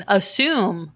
assume